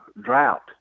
drought